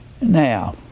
Now